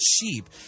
cheap